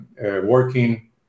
working